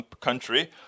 country